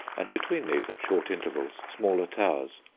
and between these, at short intervals, smaller towers.